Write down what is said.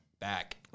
back